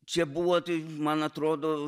čia buvo man atrodo